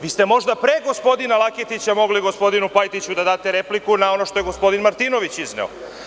Vi ste možda pre gospodina Laketića mogli gospodinu Pajtiću da date repliku na ono što je gospodin Martinović izneo.